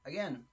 Again